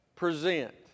Present